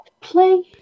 play